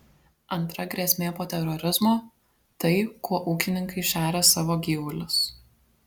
antra grėsmė po terorizmo tai kuo ūkininkai šeria savo gyvulius